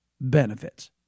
benefits